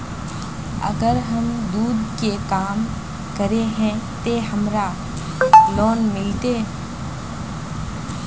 अगर हम दूध के काम करे है ते हमरा लोन मिलते?